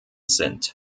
sind